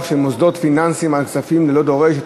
של מוסדות פיננסיים על כספים ללא דורש,